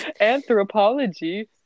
Anthropology